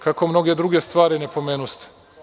Kako mnoge druge stvari ne pomenuste?